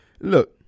Look